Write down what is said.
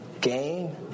game